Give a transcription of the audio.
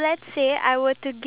ya